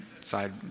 side